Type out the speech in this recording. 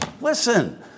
listen